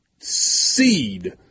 seed